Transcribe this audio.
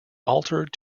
altered